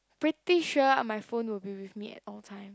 pretty sure my phone will be with me at all times